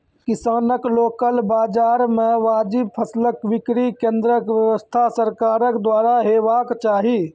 किसानक लोकल बाजार मे वाजिब फसलक बिक्री केन्द्रक व्यवस्था सरकारक द्वारा हेवाक चाही?